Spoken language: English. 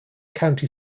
county